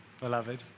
beloved